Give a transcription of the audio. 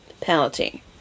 penalty